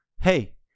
Hey